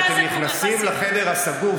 כשאתם נכנסים לחדר הסגור,